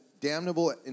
damnable